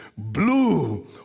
Blue